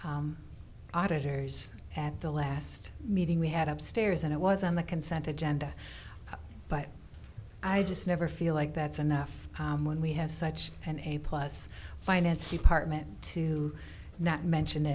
auditors at the last meeting we had upstairs and it was on the consent agenda but i just never feel like that's enough when we have such an a plus finance department to not mention